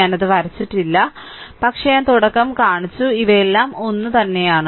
ഞാനത് വരച്ചിട്ടില്ല പക്ഷേ ഞാൻ തുടക്കം കാണിച്ചു ഇവയെല്ലാം ഒന്നുതന്നെയാണ്